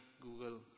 Google